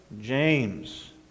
James